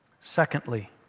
Secondly